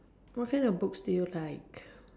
what kind of books do you like